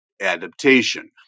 adaptation